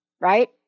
right